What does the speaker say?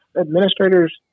administrators